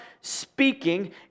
speaking